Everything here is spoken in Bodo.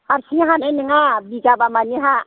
हारसिङै हानाय नङा बिघाबा मानि हा